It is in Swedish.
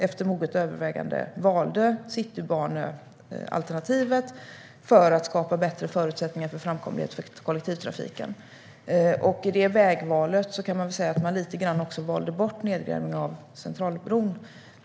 Efter moget övervägande valde man Citybanealternativet för att skapa bättre förutsättningar för framkomligheten för kollektivtrafiken. I det vägvalet valde man lite grann bort nedgrävning av Centralbron.